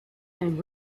and